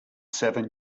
seven